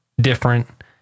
different